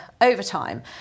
overtime